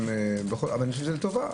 אני חושב שזה לטובה.